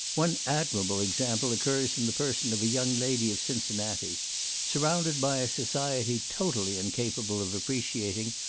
one admirable example occurs in the person of a young lady of cincinnati surrounded by a society totally incapable of appreciating,